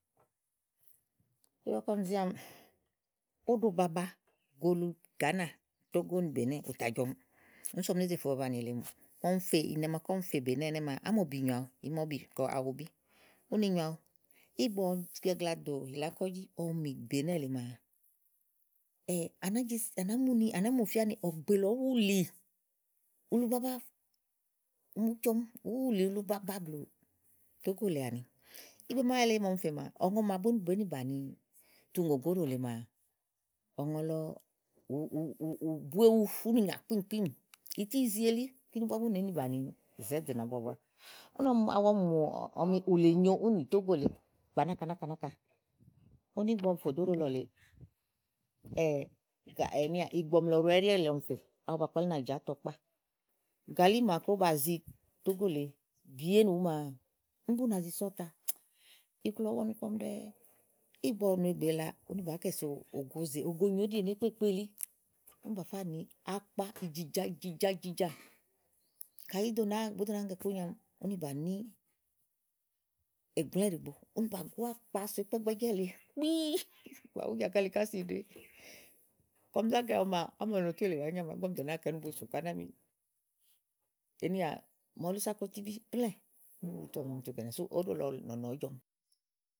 Igbɔ ké ɔmi zi ámi óɖo baba go ulu Gàánà, Togo Bènɛ́ɛ, ù tà jɔ̀ɔmíì úni sú ɔmi né zè fè ubabanì èle mùù. ɔmfè ìnɛ̀ màaké ɔmi fè bènɛ́ɛ̀ ɛnɛ̀ maa àmòbi nyòo awu ìí ma úbì kɔ awu bí úni nyo awu ígbɔ ɔmi gagla dò hí la kɔ̀ŋjì ɔmi mì Bènɛ́ɛ̀ lèe maa à nàá jesì à nàá à nàá mu fìía ni ɔ̀gbè lɔ ɔ̀ɔ́ wulì ulu baba ɔmi ùú jɔɔmi ùú wulì ulu baba blù Tógó lèe àniìgbè màa wu èle èle màa ɔmi fè maa ɔ̀ŋɔ màa búni bèé ni bàni tu ùŋò gonìà óɖò lèe maa ɔ̀ŋɔ lɔ ùùù bu éwu uni nyà kpíìmkpíìm ití ìí zi elí. kínì búá bú nèé ni bàni zɛ̀ɛ́ dɛ̀ nàábua búá úni ɔmi mù awu ɔmi mù ni ùle nyòo úni nì Tógó lèe gbàa náka náka náka. úni ígbɔ ɔmi fò dò óɖo lɔ lèeè ìgbɔ̀mlɛ̀ òɖò ɛɖí èle ɔmi fè awu ba kpalí ni àjàtɔ kpá, gàlí màaké ówó bazi Tógó lèe bìyé ínìwú maa úni bú nàa zi sɔ̀ta iku lɔ ɔ̀ɔ́ wɔ nukú. ɔmi ɖɛ́ɛ́ ígbɔ nùegbè ela úni bàá kɛ soò ògozè ogonyòo íɖìèné kpéèkpéé elí úni bà fá nìi akpa ìjìjà ìjìjàjìjà kayi bùú do nàáa ŋè ikúnyà úni bà ní ègblɛ̃ ɖìigbo úni bà gú akpa so ikpɛ́ gbɛ́jɛ́ lèe kpíí bà wú jà káli ká si kɔm zá kɛ maa ámɔ̀nɔtú èle àá nyamà ígbɔ ɔmi dò nàáa kɛ̀ úni bu sò kánàmi mɔ̀ɔ́lú sákó tíbí úni bu tuɔmi ɔmi tu kɛ̀nìà sú óɖo lèe nɔ̀nɔ ɔ̀ɔ́ jɔɔmi.